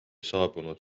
saabunud